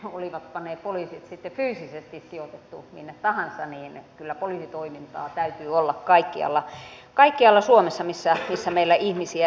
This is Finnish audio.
olipa ne poliisit sitten fyysisesti sijoitettu minne tahansa niin kyllä poliisitoimintaa täytyy olla kaikkialla suomessa missä meillä ihmisiä ylipäänsä on